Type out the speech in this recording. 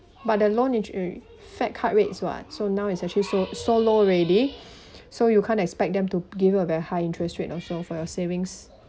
but the loan int~ fed cut rates [what] so now is actually so so low already so you can't expect them to give a very high interest rate also for your savings